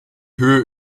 höhe